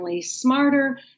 smarter